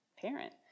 parent